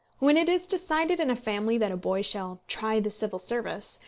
when it is decided in a family that a boy shall try the civil service,